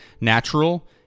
natural